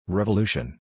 Revolution